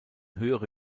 höhere